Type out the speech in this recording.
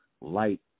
light